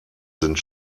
sind